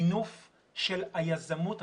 מינוף של היזמות.